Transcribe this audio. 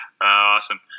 Awesome